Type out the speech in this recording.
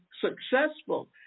successful